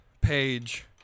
page